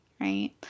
right